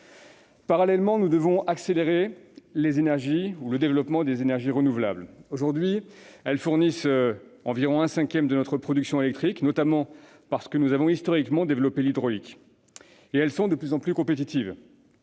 Parallèlement, nous devons accélérer le développement des énergies renouvelables. Aujourd'hui, celles-ci fournissent déjà environ un cinquième de notre production électrique, notamment parce que nous avons historiquement développé l'hydraulique. Ces énergies renouvelables sont de plus en plus compétitives.